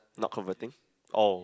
not converting oh